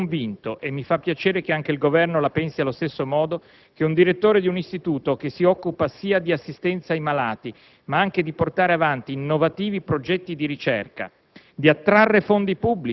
Personalmente sono convinto, e mi fa piacere che anche il Governo la pensi allo stesso modo, che un direttore di un istituto che si occupa sia di assistenza ai malati ma anche di portare avanti innovativi progetti di ricerca,